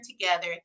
together